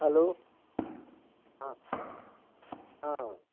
hello हाँ हाँ